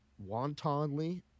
wantonly